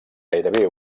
gairebé